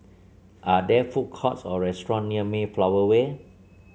are there food courts or restaurants near Mayflower Way